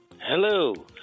Hello